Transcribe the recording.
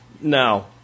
no